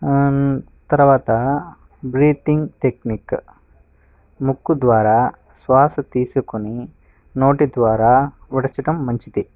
తరువాత breathing technique ముక్కు ద్వారా శ్వాస తీసుకొని నోటి ద్వారా విడవడం మంచిది